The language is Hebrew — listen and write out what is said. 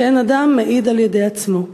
שאין אדם מעיד על-ידי עצמו".